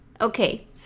Okay